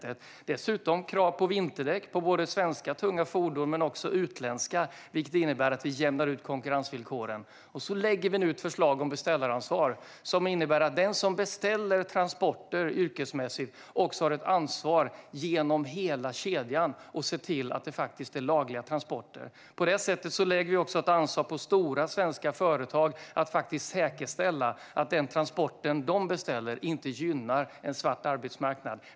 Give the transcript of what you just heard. Det har dessutom införts krav på vinterdäck på både svenska tunga fordon och utländska, vilket innebär att vi jämnar ut konkurrensvillkoren. Nu lägger vi fram ett förslag om beställaransvar som innebär att den som beställer transporter yrkesmässigt också har ett ansvar genom hela kedjan att se till att det är lagliga transporter. På det sättet lägger vi ett ansvar på stora svenska företag att säkerställa att den transporten de beställer inte gynnar en svart arbetsmarknad.